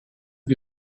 sie